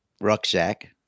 rucksack